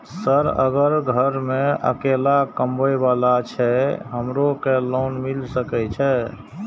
Sir अगर घर में अकेला कमबे वाला छे हमरो के लोन मिल सके छे?